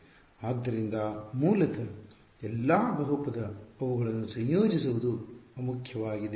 ಆದ್ದರಿಂದ ಮೂಲತಃ ಎಲ್ಲಾ ಬಹುಪದ ಅವುಗಳನ್ನು ಸಂಯೋಜಿಸುವದು ಅಮುಖ್ಯ ವಾಗಿದೆ